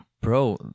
Bro